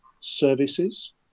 services